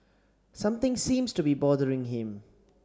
something seems to be bothering him